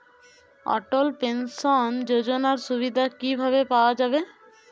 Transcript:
অটল pension যোজনার সুবিধা কি ভাবে পাওয়া যাবে?